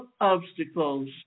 obstacles